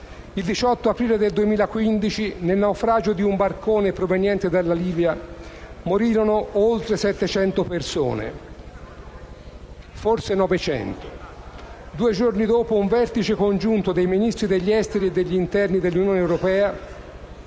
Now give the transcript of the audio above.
il 18 aprile 2015, nel naufragio di un barcone proveniente dalla Libia morirono oltre 700 persone, forse 900. Due giorni dopo, un vertice congiunto dei Ministri degli esteri e degli interni dell'Unione europea